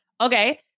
Okay